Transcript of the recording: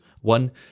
one